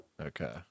Okay